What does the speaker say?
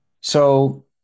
So-